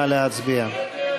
נא להצביע.